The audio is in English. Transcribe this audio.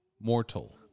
mortal